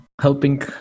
helping